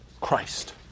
Christ